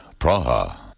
Praha